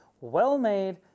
Well-made